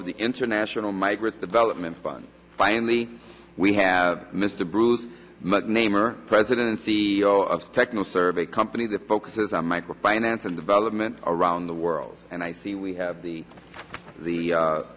of the international migrant development fund finally we have mr bruce namer president and c e o of techno serve a company that focuses on micro finance and development around the world and i see we have the the